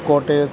കോട്ടയത്ത്